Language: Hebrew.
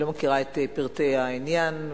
בעיה,